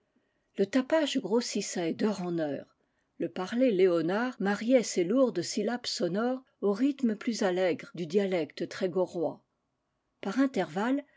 le tapage grossissait d'heure en heure le parler léonard mariait ses lourdes syllabes sonores au rythme plus allègre du dialecte trégorrois par intervalles